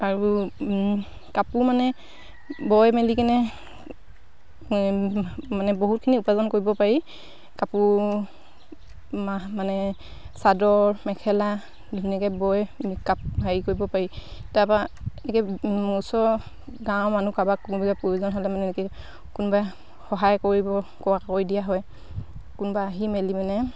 আৰু কাপোৰ মানে বৈ মেলি কিনে এই মানে বহুতখিনি উপাৰ্জন কৰিব পাৰি কাপোৰ মাহ মানে চাদৰ মেখেলা ধুনীয়াকৈ বৈ কাপোৰ হেৰি কৰিব পাৰি তাৰপৰা এনেকৈ ওচৰ গাঁৱৰ মানুহ কাৰোবাক কোনোবাক প্ৰয়োজন হ'লে মানে এনেকৈ কোনোবাই সহায় কৰিব কৰা কৰি দিয়া হয় কোনোবা আহি মেলি মানে